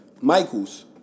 michael's